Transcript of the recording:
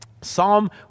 Psalm